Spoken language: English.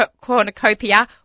Cornucopia